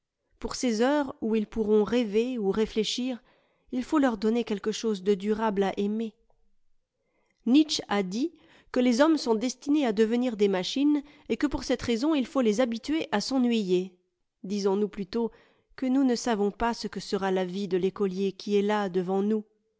poiir ces heures où ils pourront rêver ou réfléchir il faut leur donner quelque chose de durable à aimer nietzche a dit que les hommes sont destinés à devenir des machines et que pour cette raison il faut les habituer à s'ennuyer disons-nous plutôt que nous ne savons pas ce que sera la vie de l'écolier qui est là devant nous